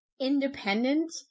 independent